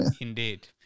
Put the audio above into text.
Indeed